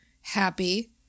happy